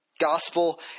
Gospel